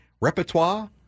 repertoire